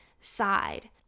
side